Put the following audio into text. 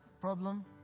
problem